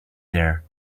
there